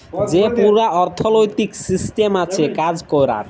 যে পুরা অথ্থলৈতিক সিসট্যাম আছে কাজ ক্যরার